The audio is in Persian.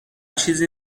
چیزی